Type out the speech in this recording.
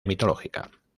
mitológica